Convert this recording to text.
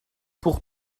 pour